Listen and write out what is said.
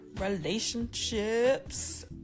relationships